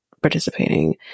participating